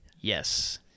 Yes